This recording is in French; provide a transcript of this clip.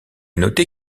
noter